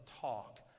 talk